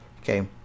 Okay